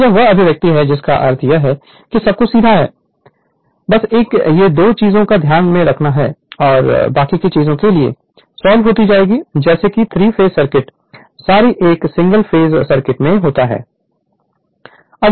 तो यह वह अभिव्यक्ति है जिसका अर्थ है कि सब कुछ सीधा है बस एक या 2 चीजों को ध्यान में रखना है और बाकी की चीजें फिर सॉल्व होती जाएंगी जैसे कि थ्री फेस सर्किट सॉरी एक सिंगल फेज सर्किट में होता है